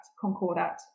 concordat